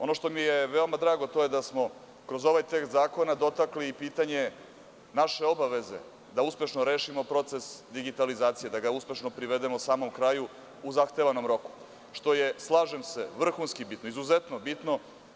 Ono što mi je veoma drago, to je da smo kroz ovaj tekst zakona dotakli i pitanje naše obaveze da uspešno rešimo proces digitalizacije, da ga uspešno privedemo samom kraju u zahtevanom roku, što je, slažem se, vrhunski bitno, izuzetno bitno.